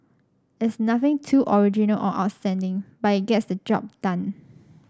it's nothing too original or outstanding but it gets the job done